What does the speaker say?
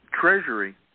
treasury